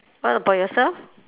what about yourself